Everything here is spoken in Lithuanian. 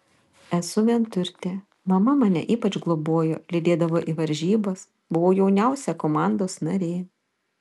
esu vienturtė mama mane ypač globojo lydėdavo į varžybas buvau jauniausia komandos narė